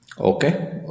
Okay